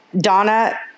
Donna